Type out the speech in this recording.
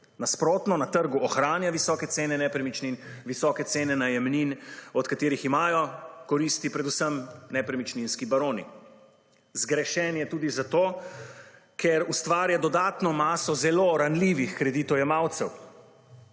cene nepremičnin, visoke cene najemnin, od katerih imajo koristi predvsem nepremičninski baroni. Zgrešen je tudi zato, ker ustvarja dodatno maso zelo ranljivih kreditojemalcev.